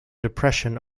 depression